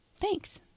Thanks